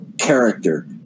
character